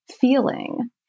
feeling